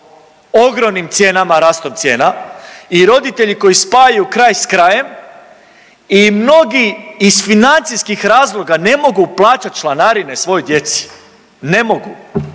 ogromnim cijenama, rastom cijena i roditelji koji spajaju kraj s krajem i mnogi iz financijskih razloga ne mogu plaćati članarine svojoj djeci, ne mogu